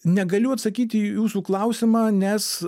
negaliu atsakyti į jūsų klausimą nes